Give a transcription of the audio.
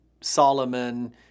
Solomon